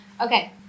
Okay